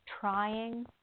trying